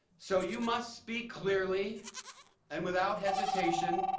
so you must speak clearly and without hesitation.